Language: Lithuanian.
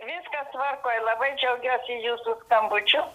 viskas tvarkoj labai džiaugiuosi jūsų skambučiu